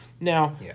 Now